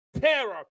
terror